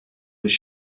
was